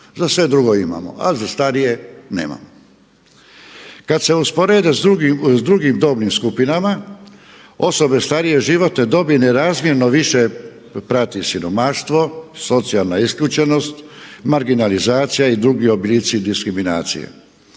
Za sve drugo imamo, a za starije nemamo. Kad se usporede s drugim dobnim skupinama osobe starije životne dobi nerazmjerno više prati siromaštvo, socijalna isključenost, marginalizacija i drugi oblici diskriminacije.